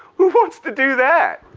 who wants to do that?